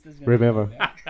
remember